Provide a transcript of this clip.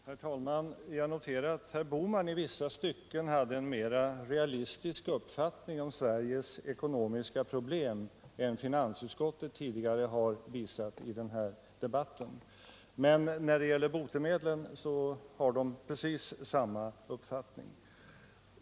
Herr talman! Jag noterar att herr Bohman i vissa stycken hade en mera realistisk uppfattning om Sveriges ekonomiska problem än finansutskottet tidigare har visat i den här debatten. När det gäller botemedlen har de emellertid precis samma uppfattning.